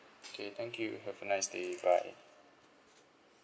K thank you have a nice day bye